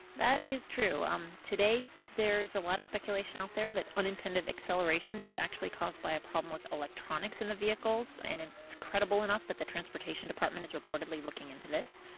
that is true. um today, there's a lot of speculation out there that unintended acceleration is actually caused by a problem with electronics in the vehicles. and and it's credible enough that the transportation department is reportedly looking into this.